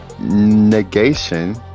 negation